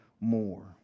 more